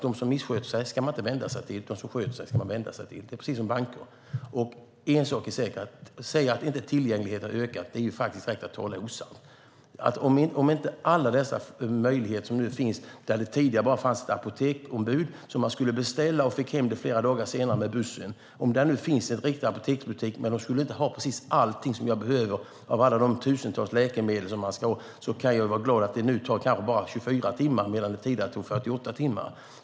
De som missköter sig ska man inte vända sig till; de som sköter sig ska man vända sig till. Det är precis som med banker. Att säga att tillgängligheten inte har ökat är att tala osanning. Nu finns det många möjligheter där det tidigare bara fanns ett apoteksombud där man kunde beställa medicin som man fick flera dagar senare med bussen. Om det nu finns en riktig apoteksbutik, även om den inte har allt jag behöver av alla de tusentals läkemedel som finns, kan man vara glad att det nu bara tar 24 timmar i stället för 48 timmar.